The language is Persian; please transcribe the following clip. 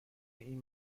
این